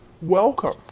Welcome